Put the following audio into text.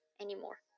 anymore